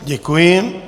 Děkuji.